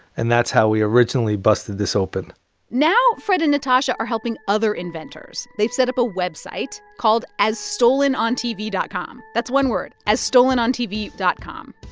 and that's how we originally busted this open now fred and natasha are helping other inventors. they've set up a website called asstolenontv dot com that's one word, asstolenontv dot com.